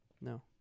No